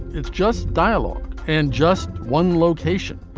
it's just dialogue and just one location.